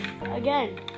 again